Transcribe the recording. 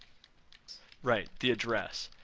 right, the address.